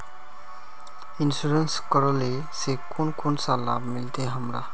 Insurance करेला से कोन कोन सा लाभ मिलते हमरा?